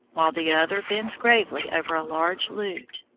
while the other bends gravely over a large lute.